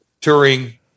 touring